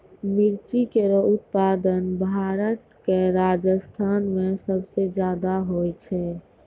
मिर्ची केरो उत्पादन भारत क राजस्थान म सबसे जादा होय छै